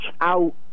out